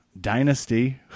Dynasty